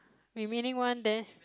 remaining one then